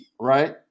right